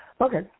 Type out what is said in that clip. Okay